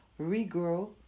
regrow